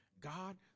God